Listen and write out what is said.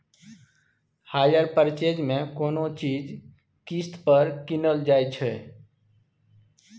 hire purchase मे कोनो चीज किस्त पर कीनल जाइ छै